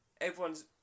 everyone's